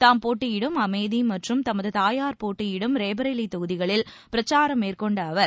தாம் போட்டியிடும் அமேதி மற்றும் தமது தாயார் போட்டியிடும் ரேபரேலி தொகுதிகளில் பிரச்சாரம் மேற்கொண்ட அவர்